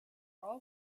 all